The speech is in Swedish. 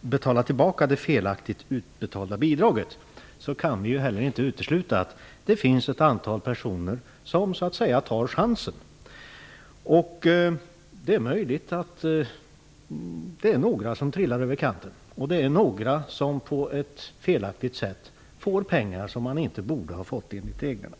betala tillbaka det felaktigt utbetalda bidraget, kan vi inte utesluta att det finns ett antal personer som ''tar chansen''. Det är möjligt att det är några som trillar över kanten. Det är möjligt att några får pengar som de inte borde ha fått, enligt reglerna.